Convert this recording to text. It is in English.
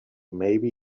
maybe